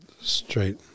straight